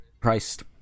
priced